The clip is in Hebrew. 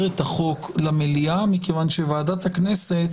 את החוק למליאה מכיוון שוועדת הכנסת